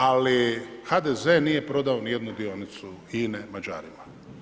Ali HDZ nije prodao ni jednu dionicu INA-e Mađarima.